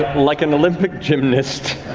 like an olympic gymnast,